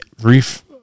brief